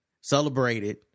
celebrated